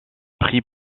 prit